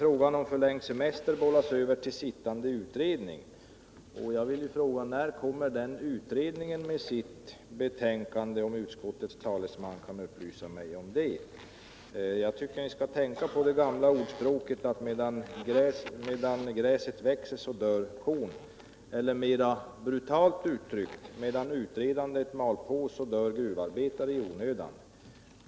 Frågan om förlängd semester bollas över till sittande utredning, och jag vill fråga: Kan utskottets talesman upplysa mig om när utredningen kommer att lägga fram sitt betänkande? Jag tycker att ni skall tänka på det gamla ordspråket: Medan gräset växer dör kon. Det kan uttryckas mer brutalt: Medan utredningskvarnen mal dör gruvarbetare i onödan.